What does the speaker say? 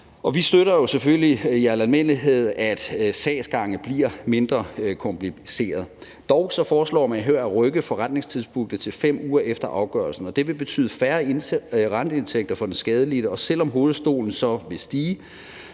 vi støtter jo selvfølgelig i al almindelighed, at sagsgangene bliver mindre komplicerede. Dog foreslår man jo her at rykke forrentningstidspunktet til 5 uger efter afgørelsen, og det vil betyde færre renteindtægter for den skadelidte, og selv om hovedstolen så vil stige,